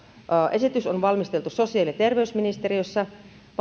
esitys on valmisteltu sosiaali ja terveysministeriössä